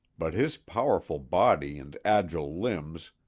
but his powerful body and agile limbs,